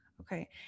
Okay